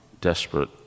desperate